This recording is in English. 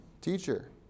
Teacher